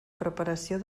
preparació